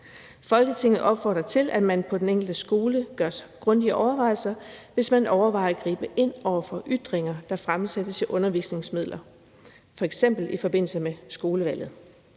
Folketinget opfordrer til, at man på den enkelte skole gør sig grundige overvejelser, hvis man overvejer at gribe ind over for ytringer, der fremsættes i undervisningsmidler, f.eks. i forbindelse med skolevalget.